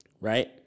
Right